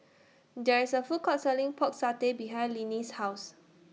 There IS A Food Court Selling Pork Satay behind Linnie's House